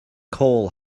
coal